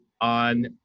on